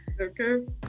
Okay